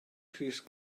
crys